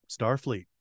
Starfleet